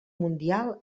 mundial